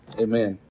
Amen